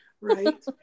right